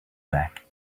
back